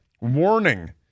warning